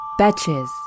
Betches